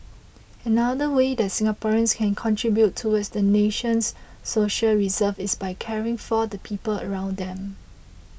another way that Singaporeans can contribute towards the nation's social reserves is by caring for the people around them